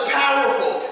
powerful